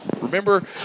Remember